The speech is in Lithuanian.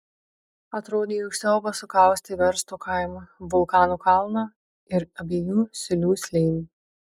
atrodė jog siaubas sukaustė versto kaimą vulkano kalną ir abiejų silių slėnį